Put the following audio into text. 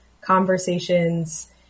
conversations